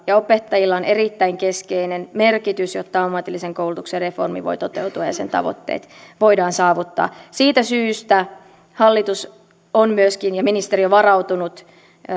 ja opettajilla on erittäin keskeinen merkitys jotta ammatillisen koulutuksen reformi voi toteutua ja sen tavoitteet voidaan saavuttaa siitä syystä hallitus on myöskin ja ministeriö varautunut